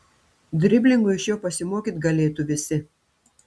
driblingo iš jo pasimokyt galėtų visi